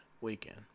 weekend